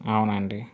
అవునండి